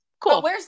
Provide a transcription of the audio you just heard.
Cool